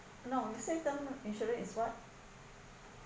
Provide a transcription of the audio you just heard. no you said term insurance is what